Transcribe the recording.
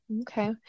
Okay